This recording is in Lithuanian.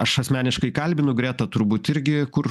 aš asmeniškai kalbinu greta turbūt irgi kur